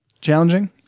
Challenging